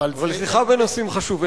זאת שיחה בנושאים חשובים.